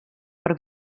per